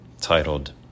titled